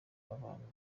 abantu